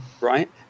Right